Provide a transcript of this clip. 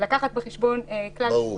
ולקחת בחשבון את כלל השיקולים,